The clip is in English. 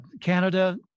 Canada